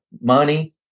money